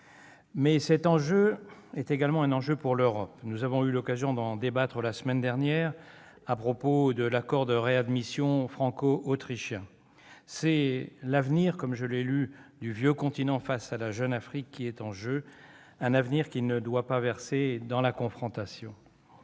Mais cet enjeu est également un enjeu pour l'Europe, nous avons eu l'occasion d'en débattre la semaine dernière à propos de l'accord de réadmission franco-autrichien. C'est l'avenir du « Vieux continent face à la jeune Afrique », comme je l'ai lu, qui est en jeu, un avenir qui ne doit pas verser dans la confrontation.